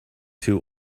two